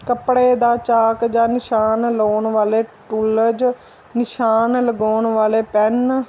ਕੱਪੜੇ ਦਾ ਚਾਕ ਜਾਂ ਨਿਸ਼ਾਨ ਲਾਉਣ ਵਾਲੇ ਟੂਲਜ ਨਿਸ਼ਾਨ ਲਗਾਉਣ ਵਾਲੇ ਪੈਨ